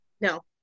No